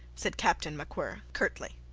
said captain macwhirr, curtly.